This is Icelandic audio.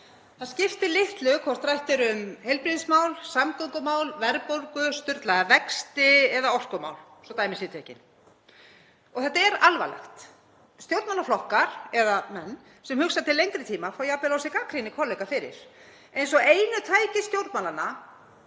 Það skiptir litlu hvort rætt er um heilbrigðismál, samgöngumál, verðbólgu, sturlaða vexti eða orkumál, svo dæmi sé tekið, og þetta er alvarlegt. Stjórnmálaflokkar eða -menn sem hugsa til lengri tíma fá jafnvel á sig gagnrýni kollega fyrir, eins og einu tæki stjórnmálanna